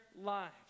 lives